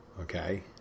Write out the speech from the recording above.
Okay